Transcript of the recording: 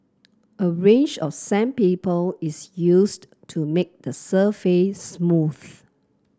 a range of sandpaper is used to make the surface smooth